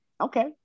Okay